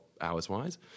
hours-wise